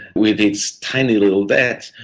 with its tiny little debt,